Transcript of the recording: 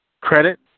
credit